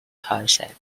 township